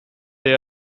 they